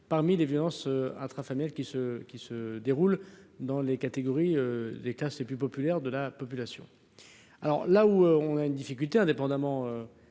parmi les violences intrafamiliales qui se qui se déroulent dans les catégories d'État c'est plus populaire de la population, alors là où on a une difficulté indépendamment